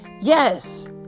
Yes